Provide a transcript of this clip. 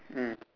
mm